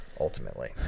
ultimately